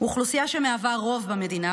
אוכלוסייה שמהווה רוב במדינה,